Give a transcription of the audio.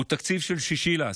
הוא תקציב של 6 באוקטובר,